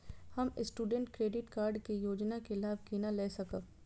हम student credit card के योजना के लाभ केना लय सकब?